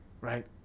right